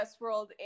Westworld